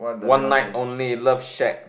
one night only love shack